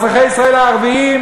אזרחי ישראל הערבים,